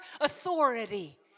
authority